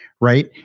Right